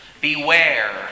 Beware